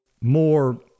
more